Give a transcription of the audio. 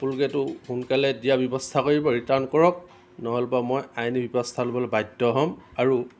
আপোনালোকে এইটো সোনকালে দিয়াৰ ব্যৱস্থা কৰিব ৰিটাৰ্ণ কৰক নহ'বা মই আইনী ব্যৱস্থা ল'বলৈ বাধ্য হ'ম আৰু